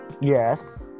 Yes